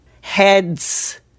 Heads